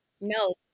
No